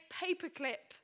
paperclip